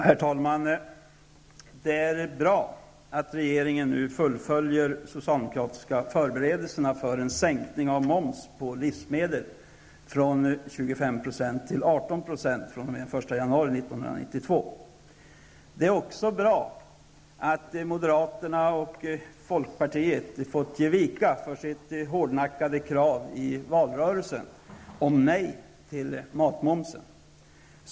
Herr talman! Det är bra att regeringen nu fullföljer de socialdemokratiska förberedelserna för en sänkning av moms på livsmedel från 25 % till 18 % Det är också bra att moderaterna och folkpartiet har fått ge vika för sitt hårdnackade krav i valrörelsen om nej till matmomsen.